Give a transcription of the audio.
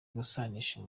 gusanisha